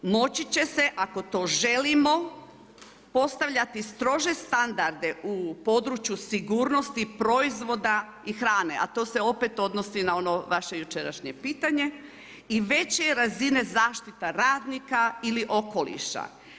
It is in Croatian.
1. Moći će se ako to želimo postavljati strože standarde u području sigurnosti proizvoda i hrane, a to se opet odnosi na ono vaše jučerašnje pitanje i veće razine zaštita radnika ili okoliša.